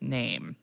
name